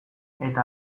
eta